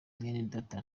mwenedata